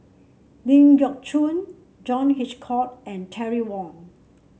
Ling Geok Choon John Hitchcock and Terry Wong